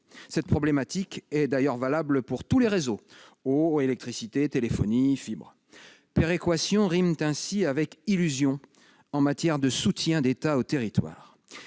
Cette problématique est d'ailleurs valable pour tous les réseaux : eau, électricité, téléphonie, fibre. Péréquation rime ainsi avec illusion en matière de soutien d'État aux territoires.